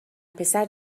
پسر